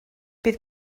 bydd